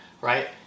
right